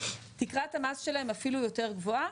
תקרת המס שלהם אפילו יותר גבוהה,